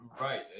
right